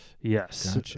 Yes